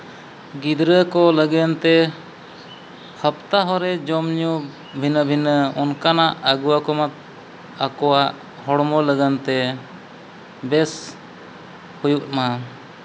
ᱜᱤᱫᱽᱨᱟᱹ ᱠᱚ ᱞᱟᱹᱜᱤᱫᱛᱮ ᱦᱟᱯᱛᱟ ᱦᱚᱸᱨᱮ ᱡᱚᱢᱼᱧᱩ ᱵᱷᱤᱱᱟᱹ ᱵᱷᱤᱱᱟᱹ ᱚᱱᱠᱟᱱᱟᱜ ᱟᱹᱜᱩ ᱟᱠᱚᱢᱟ ᱟᱠᱚᱣᱟᱜ ᱦᱚᱲᱢᱚ ᱞᱟᱹᱜᱤᱫᱛᱮ ᱵᱮᱥ ᱦᱩᱭᱩᱜᱼᱢᱟ